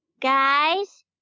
Guys